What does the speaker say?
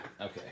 Okay